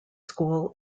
school